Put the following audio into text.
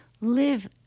live